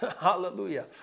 Hallelujah